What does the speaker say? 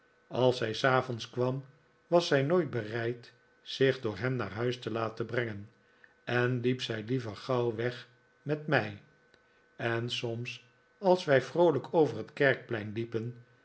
als zij s avonds kwam was zij nooit bereid zich door hem naar huis te laten brengen en hep zij liever gauw weg met mij en soms als wij vroolijk over het kerkplein liepen